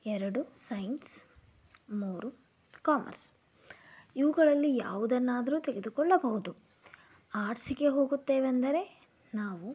ಎರಡು ಸೈನ್ಸ್ ಮೂರು ಕಾಮರ್ಸ್ ಇವುಗಳಲ್ಲಿ ಯಾವುದನ್ನಾದರೂ ತೆಗೆದುಕೊಳ್ಳಬಹುದು ಆರ್ಟ್ಸ್ಗೆ ಹೋಗುತ್ತೇವೆಂದರೆ ನಾವು